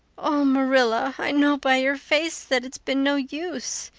oh, marilla, i know by your face that it's been no use,